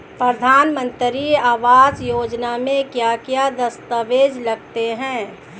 प्रधानमंत्री आवास योजना में क्या क्या दस्तावेज लगते हैं?